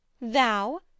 Thou